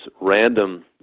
random